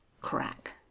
crack